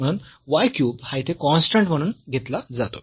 म्हणून y cube हा येथे कॉन्स्टंट म्हणून घेतला जातो